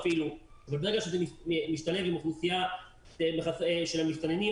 אבל ברגע שזה משתלב עם האוכלוסייה של המסתננים,